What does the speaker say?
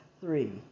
three